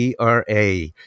ERA